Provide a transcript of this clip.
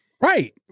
Right